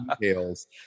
details